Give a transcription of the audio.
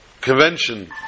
convention